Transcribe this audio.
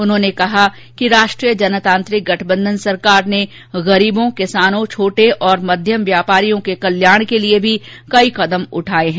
उन्होंने कहा कि राष्ट्रीय जनतांत्रिक गठबंधन सरकार ने गरीबों किसानों छोटे और मध्यम व्यापारियों के कल्याण के लिए भी कदम उठाए हैं